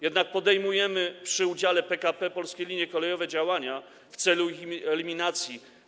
Jednak podejmujemy przy udziale PKP Polskie Linie Kolejowe działania w celu ich eliminacji.